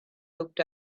looked